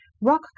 Rock